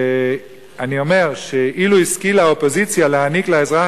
ואני אומר שאילו השכילה האופוזיציה להעניק לאזרח